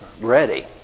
ready